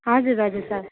हजुर हजुर सर